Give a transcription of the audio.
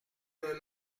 des